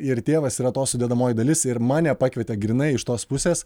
ir tėvas yra to sudedamoji dalis ir mane pakvietė grynai iš tos pusės